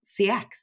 CX